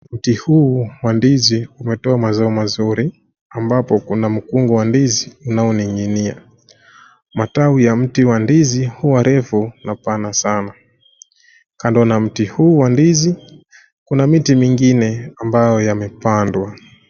Mti huu wa ndizi umetoa mazao mazuri ambapo kuna mkungu wa ndizi unaoning'inia. Matawi ya mti wa ndizi huwa refu na pana sana. Kando na mti huu wa ndizi kuna miti mingine ambayo yamepandwa.